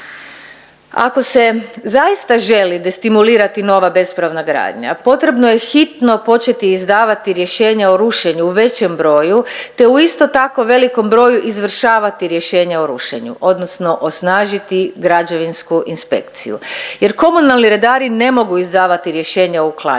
Ako se zaista želi destimulirati nova bespravna gradnja potrebno je hitno početi izdavati rješenja o rušenju u većem broju, te u isto tako velikom broju izvršavati rješenja o rušenju odnosno osnažiti građevinsku inspekciju jer komunalni redari ne mogu izdavati rješenje o uklanjanju.